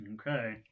Okay